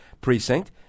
precinct